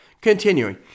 Continuing